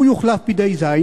הוא יוחלף בידי ז',